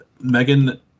Megan